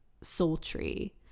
sultry